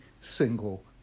single